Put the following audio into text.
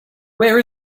where